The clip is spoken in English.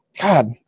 God